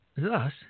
thus